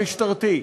המשטרתי,